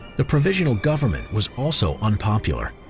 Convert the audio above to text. the provisional government was also unpopular.